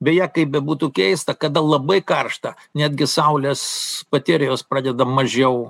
beje kaip bebūtų keista kada labai karšta netgi saulės baterijos pradeda mažiau